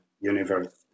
universe